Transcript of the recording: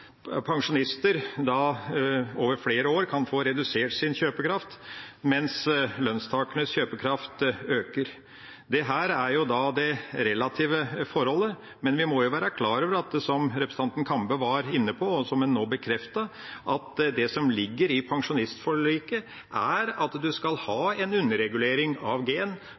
pensjonister over flere år kan få redusert sin kjøpekraft, mens lønnstakernes kjøpekraft øker. Dette er det relative forholdet, men vi må være klar over – som representanten Kambe var inne på, og som han bekreftet – at det som ligger i pensjonsforliket, er at man skal ha en underregulering av